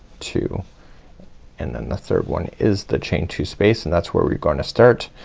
two and then the third one is the chain two space and that's where we're gonna start.